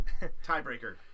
Tiebreaker